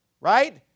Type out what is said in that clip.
right